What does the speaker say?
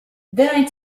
then